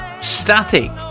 static